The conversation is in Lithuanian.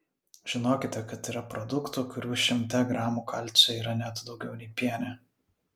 žinokite kad yra produktų kurių šimte gramų kalcio yra net daugiau nei piene